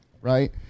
right